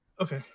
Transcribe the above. Okay